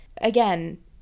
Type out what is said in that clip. Again